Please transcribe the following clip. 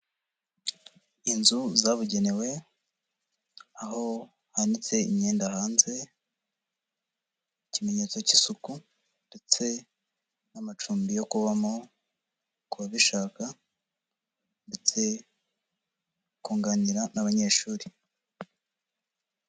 Inzu zabugenewe aho hanitse imyenda hanze ikimenyetso k'isuku ndetse n'amacumbi yo kubamo ku babishaka ndetse kunganira n'abanyeshuri.